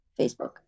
Facebook